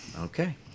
Okay